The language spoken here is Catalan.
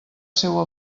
seua